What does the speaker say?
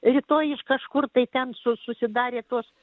rytoj iš kažkur tai ten susidarė tos